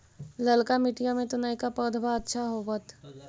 ललका मिटीया मे तो नयका पौधबा अच्छा होबत?